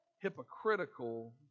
hypocritical